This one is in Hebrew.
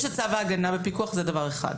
ההגנה בפיקוח, זה דבר אחד.